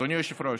אדוני היושב-ראש,